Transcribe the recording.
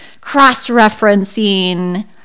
cross-referencing